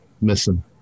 missing